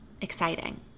exciting